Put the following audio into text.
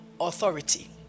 authority